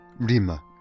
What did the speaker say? Rima